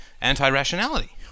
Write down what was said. anti-rationality